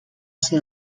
ser